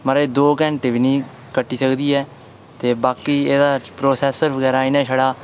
म्हाराज दौं घैंटे बी नेईं कट्टी सकदी ऐ ते बाकी एह्दा प्रोसेसर बगैरा इ'नें छड़ा